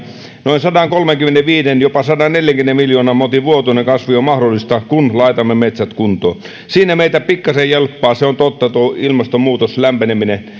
noin sadankolmenkymmenenviiden jopa sadanneljänkymmenen miljoonan motin vuotuinen kasvu on mahdollista kun laitamme metsät kuntoon siinä meitä pikkasen jelppaa se on totta tuo ilmastonmuutos lämpeneminen